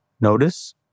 notice